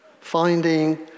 finding